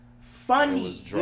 funny